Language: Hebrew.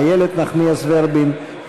איילת נחמיאס ורבין,